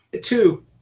Two